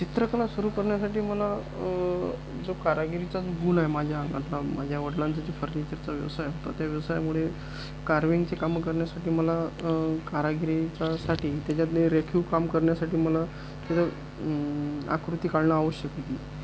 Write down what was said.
चित्रकला सुरू करण्यासाठी मला जो कारागिरीचा गुण आहे माझ्या अंगातला माझ्या वडलांचा जे फर्निचरचा व्यवसाय तर त्या व्यवसायामुळे कार्विंगची कामं करण्यासाठी मला कारागिरीचा साठी त्याच्यातले रेखीव काम करण्यासाठी मला आकृती काढणं आवश्यक होती